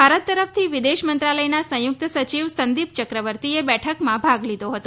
ભારત તરફથી વિદેશ મંત્રાલયના સંયુક્ત સચિવ સંદીપ યક્રવર્તીએ બેઠકમાં ભાગ લીધો હતો